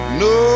no